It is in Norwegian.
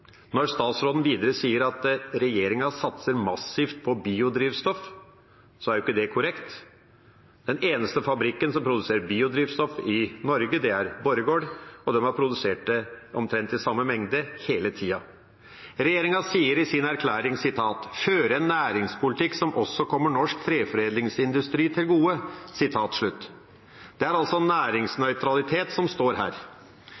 Når statsråden videre sier at regjeringa satser massivt på biodrivstoff, er jo ikke det korrekt. Den eneste fabrikken som produserer biodrivstoff i Norge, er Borregaard, og de har produsert det i omtrent samme mengde hele tida. Regjeringa sier i sin plattform: «Føre en næringspolitikk som også kommer norsk treforedlingsindustri til gode.» Det er altså næringsnøytralitet som står her.